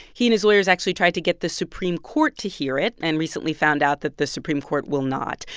he and his lawyers actually tried to get the supreme court to hear it and recently found out that the supreme court will not.